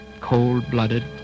Cold-blooded